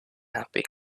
happy